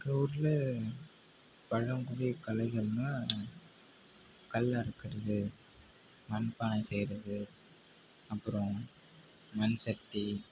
எங்கள் ஊரில் பழங்குடி கலைகள்னால் கல் அறுக்கிறது மண் பானை செய்கிறது அப்புறம் மண் சட்டி